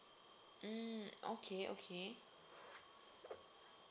mm okay okay